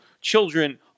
children